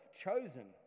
chosen